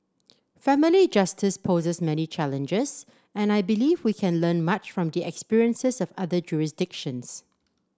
family justice poses many challenges and I believe we can learn much from the experiences of other jurisdictions